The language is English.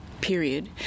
period